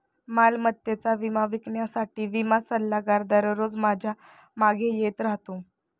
मालमत्तेचा विमा विकण्यासाठी विमा सल्लागार दररोज माझ्या मागे येत राहतो